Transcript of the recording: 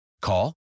Call